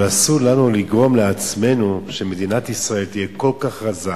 אבל אסור לנו לגרום לעצמנו שמדינת ישראל תהיה כל כך רזה,